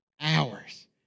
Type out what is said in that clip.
hours